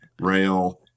rail